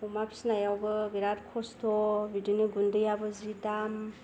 अमा फिसिनायावबो बिराथ खस्थ' बिदिनो गुन्दैयाबो जि दाम